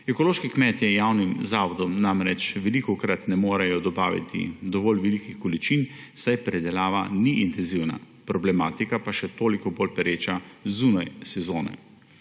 Ekološki kmetje javnim zavodom namreč velikokrat ne morejo dobaviti dovolj velikih količin, saj pridelava ni intenzivna, problematika pa je še toliko bolj pereča zunaj sezone.